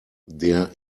der